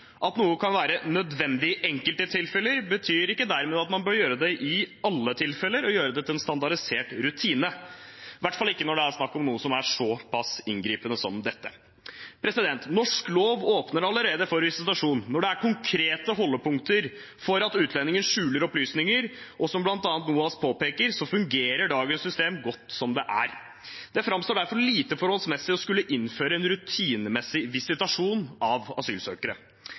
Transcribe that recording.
At noe kan være nødvendig i enkelte tilfeller, betyr ikke dermed at man bør gjøre det i alle tilfeller og gjøre det til en standardisert rutine, i hvert fall ikke når det er snakk om noe som er såpass inngripende som dette. Norsk lov åpner allerede for visitasjon når det er konkrete holdepunkter for at utlendinger skjuler opplysninger. Som bl.a. NOAS påpeker, fungerer dagens system godt som det er. Det framstår derfor lite forholdsmessig å skulle innføre en rutinemessig visitasjon av asylsøkere.